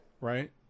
right